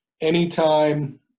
anytime